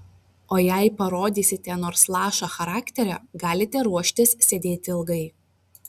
o jei parodysite nors lašą charakterio galite ruoštis sėdėti ilgai